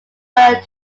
while